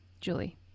Julie